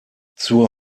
zur